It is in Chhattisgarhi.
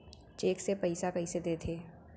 चेक से पइसा कइसे देथे?